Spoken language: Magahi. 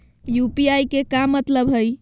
यू.पी.आई के का मतलब हई?